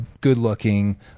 good-looking